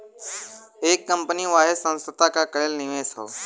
एक कंपनी वाहे संस्था के कएल निवेश हौ